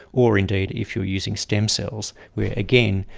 or indeed if you are using stem cells where, again,